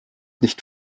nicht